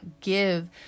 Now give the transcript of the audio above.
give